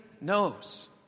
knows